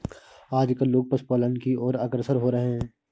आजकल लोग पशुपालन की और अग्रसर हो रहे हैं